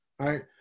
right